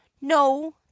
No